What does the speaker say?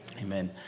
Amen